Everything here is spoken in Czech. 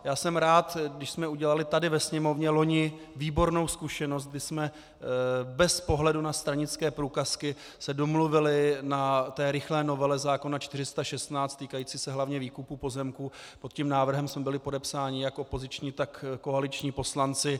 Já jsem rád, když jsme udělali tady ve Sněmovně loni výbornou zkušenost, kdy jsme bez ohledu na stranické průkazky se domluvili na té rychlé novele zákona č. 416, týkající se hlavně výkupů pozemků, pod tím návrhem jsme byli podepsáni jak opoziční, tak koaliční poslanci.